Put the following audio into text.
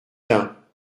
dain